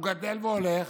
הוא גדל והולך,